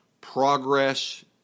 progress